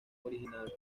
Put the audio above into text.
original